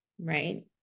right